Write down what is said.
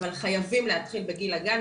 אבל חייבים להתחיל בגיל הגן.